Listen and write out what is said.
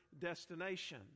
destination